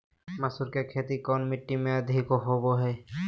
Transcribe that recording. मसूर की खेती कौन मिट्टी में अधीक होबो हाय?